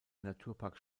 naturpark